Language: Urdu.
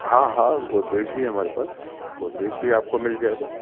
ہاں ہاں گودریج بھی ہے ہمارے پاس گودریج بھی آپ کو مل جائے گا